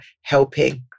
helping